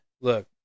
Look